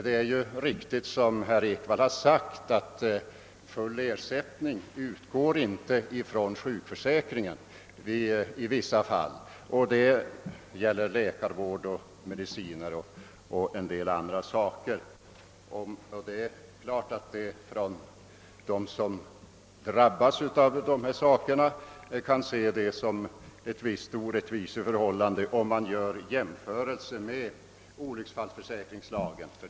Det är riktigt, som herr Ekvall sade, att full ersättning inte utgår från sjukförsäkringen i vissa fall — det gäller läkarvård, mediciner och en del annat — och det är klart att de som drabbas av detta förhållande kan se det som en viss orättvisa om de gör jämförelser med olycksfallsförsäkringslagen.